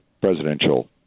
presidential